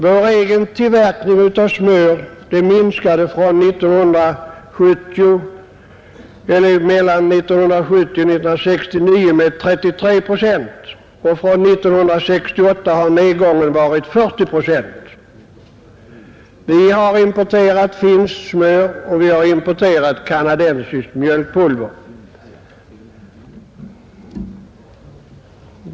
Vår egen tillverkning av smör minskade mellan 1969 och 1970 med 33 procent, och från 1968 har nedgången varit 40 procent. Vi har importerat finskt smör och kanadensiskt mjölkpulver.